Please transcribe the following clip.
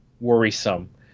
worrisome